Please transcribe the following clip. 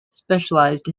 specialised